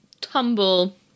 tumble